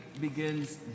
begins